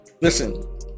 listen